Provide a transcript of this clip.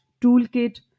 toolkit